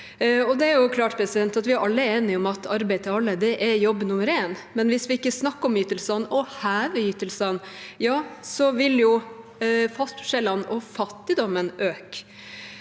Det er klart at vi alle er enige om at arbeid til alle er jobb nummer én, men hvis vi ikke snakker om ytelsene og hever ytelsene, vil forskjellene og fattigdommen øke.